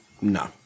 No